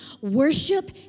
Worship